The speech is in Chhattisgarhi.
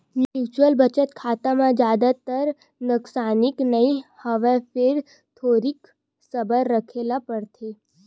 म्युचुअल बचत खाता म जादातर नसकानी नइ होवय फेर थोरिक सबर राखे ल परथे